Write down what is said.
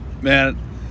Man